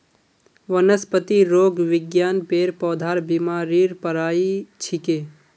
वनस्पतिरोग विज्ञान पेड़ पौधार बीमारीर पढ़ाई छिके